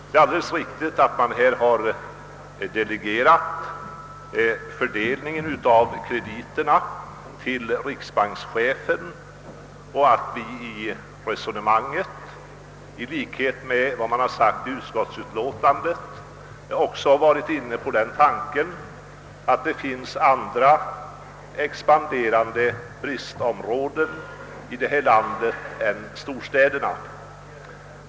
Det är alldeles riktigt att fördelningen av krediterna har delegerats till riksbankschefen, och att vi har i vårt resonemang — i likhet med vad som framhålles i utskottsutlåtandet — varit inne på tanken att det finns andra expanderande bristområden här i landet än storstäderna.